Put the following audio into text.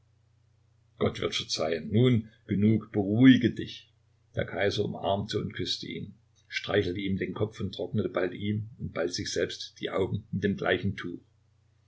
gott wird verzeihen nun genug beruhige dich der kaiser umarmte und küßte ihn streichelte ihm den kopf und trocknete bald ihm und bald sich selbst die augen mit dem gleichen